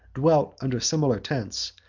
dwelt under similar tents,